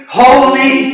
holy